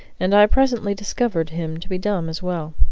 and i presently discovered him to be dumb as well.